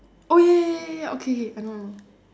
oh ya ya ya ya ya okay K I know I know